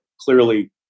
clearly